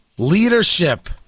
Leadership